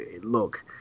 Look